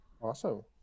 awesome